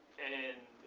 and